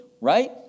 right